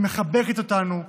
היא מחבקת אותנו,